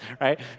right